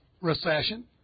recession